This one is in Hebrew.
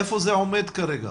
איפה זה עומד כרגע?